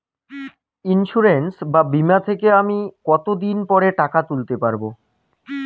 Insurance বা বিমা থেকে আমি কত দিন পরে টাকা তুলতে পারব?